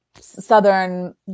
southern